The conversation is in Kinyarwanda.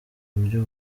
buryo